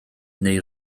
neu